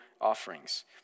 offerings